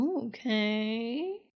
okay